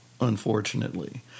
unfortunately